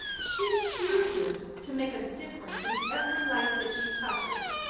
she chooses to make a difference in every life that she touches,